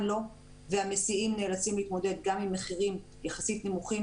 לא והמסיעים נאלצים להתמודד גם עם מחירים יחסית נמוכים,